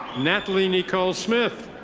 natalie nicole smith.